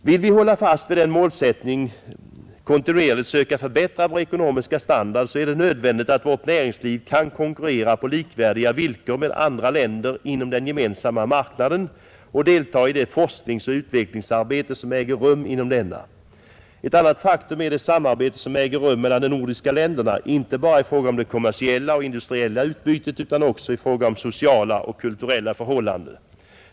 Vill vi hålla fast vid målsättningen att kontinuerligt söka förbättra vår ekonomiska standard, är det nödvändigt att vårt näringsliv kan konkurrera på likvärdiga villkor med andra länder inom den gemensamma marknaden och deltaga i det forskningsoch utvecklingsarbete som äger rum inom denna, Ett annat faktum är det samarbete som nu äger rum mellan de nordiska länderna, inte bara i fråga om det kommersiella och industriella utbytet utan också i fråga om sociala och kulturella förhållanden.